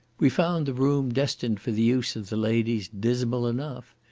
we found the room destined for the use of the ladies dismal enough,